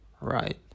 right